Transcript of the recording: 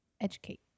Educate